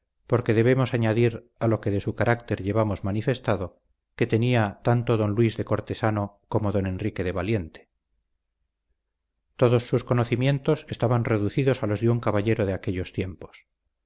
porque debemos añadir a lo que de su carácter llevamos manifestado que tenía tanto don luis de cortesano como don enrique de valiente todos sus conocimientos estaban reducidos a los de un caballero de aquellos tiempos